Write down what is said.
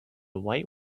white